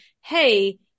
hey